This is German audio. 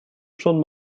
schon